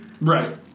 Right